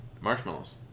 marshmallows